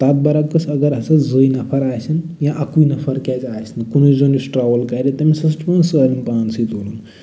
تَتھ بَرعکٔس اَگر ہسا زٕے نَفر آسٕن یا اَکُے نَفر کیازِ آسہِ نہٕ کُنُے زوٚن یُس ٹرٮ۪ؤل کرِ تٔمِس آسہِ پانہٕ سٕے کُن